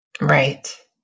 Right